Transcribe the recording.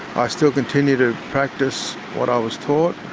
i still continue to practice what i was taught,